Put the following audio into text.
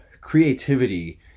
creativity